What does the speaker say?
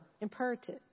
Imperative